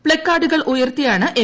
പ്പക്കാർഡുകൾ ഉയർത്തിയാണ് എം